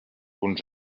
punt